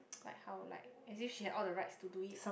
like how like as if she had all the rights to do it